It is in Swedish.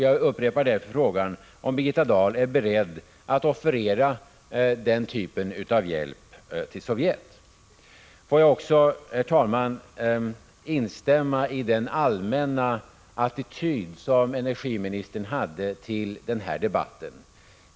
Jag upprepar därför frågan om Birgitta Dahl är beredd att offerera den typen av hjälp till Sovjet. Får jag också, herr talman, instämma i den allmänna attityd som energiministern hade till den här debatten.